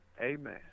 Amen